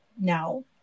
now